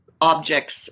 objects